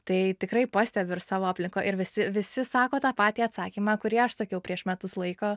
tai tikrai pastebiu ir savo aplinkoj ir visi visi sako tą patį atsakymą kurį aš sakiau prieš metus laiko